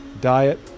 diet